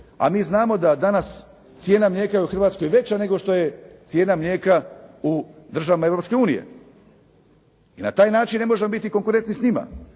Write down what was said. a mi znamo da danas cijena mlijeka je u Hrvatskoj veća nego što je cijena mlijeka u državama Europske unije. I na taj način ne možemo ni konkurentni s njima,